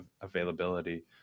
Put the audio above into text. availability